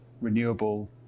renewable